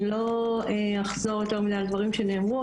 אני לא אחזור יותר מדי על הדברים שנאמרו,